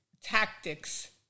tactics